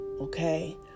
okay